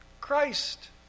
Christ